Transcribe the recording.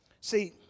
See